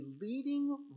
leading